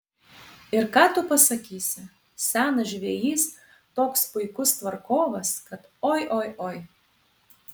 ir ką tu pasakysi senas žvejys toks puikus tvarkovas kad oi oi oi